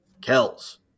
Kells